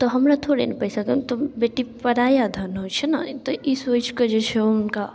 तऽ हमरा थोड़े ने पइसा देत बेटी पराया धन होइ छै ने तऽ ई सोचिके जे छै हुनका